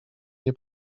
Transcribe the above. nie